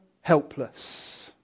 helpless